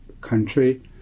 country